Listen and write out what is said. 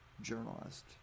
journalist